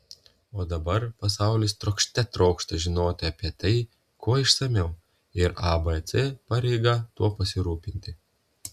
o dabar pasaulis trokšte trokšta žinoti apie tai kuo išsamiau ir abc pareiga tuo pasirūpinti